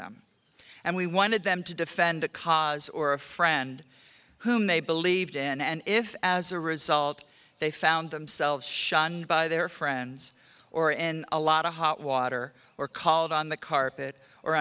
them and we wanted them to defend a cause or a friend who may believed in and if as a result they found themselves shunned by their friends or in a lot of hot water or called on the carpet or